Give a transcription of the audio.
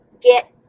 get